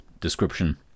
description